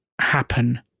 happen